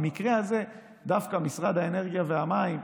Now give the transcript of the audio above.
במקרה הזה, דווקא משרד האנרגיה והמים,